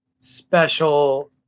special